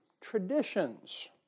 traditions